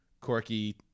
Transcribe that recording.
Corky